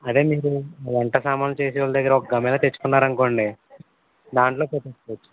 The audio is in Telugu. అదే మీరు వంట సామాన్లు చేసే వాళ్ళ దగ్గర ఒక గమేళా తెచ్చుకున్నారనుకోండి దాంట్లో పెట్టేసుకొవచ్చు